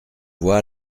voix